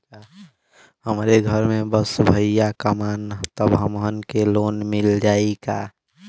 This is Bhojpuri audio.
हमरे घर में बस भईया कमान तब हमहन के लोन मिल जाई का?